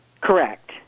Correct